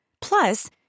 Plus